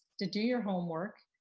to do your homework,